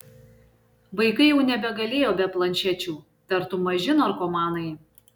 vaikai jau nebegalėjo be planšečių tartum maži narkomanai